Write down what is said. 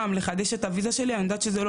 גם לחדש את הוויזה שלי אני יודעת שזה לא